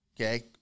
Okay